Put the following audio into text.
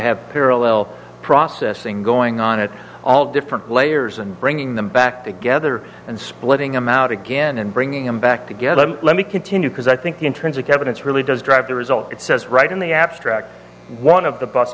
have parallel processing going on at all different layers and bringing them back together and splitting them out again and bringing them back together let me continue because i think the intrinsic evidence really does drive the result it says right in the abstract one of the bus